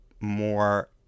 more